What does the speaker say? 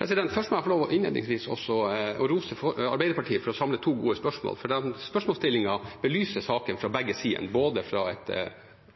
Jeg må innledningsvis få rose Arbeiderpartiet for å samle to gode spørsmål, for spørsmålsstillingen belyser saken fra begge sider, både fra et